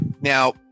Now